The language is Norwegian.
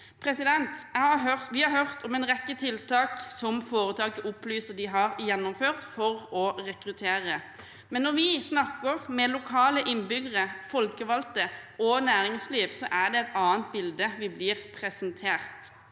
nå. Vi har hørt om en rekke tiltak som foretaket opplyser de har gjennomført for å rekruttere. Men når vi snakker med lokale innbyggere, folkevalgte og næringsliv, er det et annet bilde vi blir presentert.